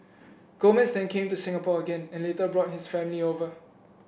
Gomez then came to Singapore again and later brought his family over